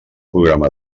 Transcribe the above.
programa